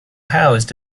housed